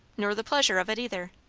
nor the pleasure of it either.